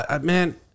man